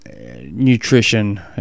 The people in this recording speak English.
nutrition